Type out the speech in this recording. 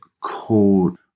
called